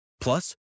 Plus